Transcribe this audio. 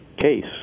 case